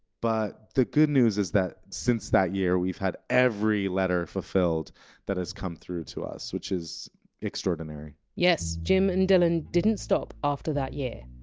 but the good news is that since that year we've had every letter fulfilled that has come through to us, which is extraordinary yes jim and dylan didn! t stop after that year.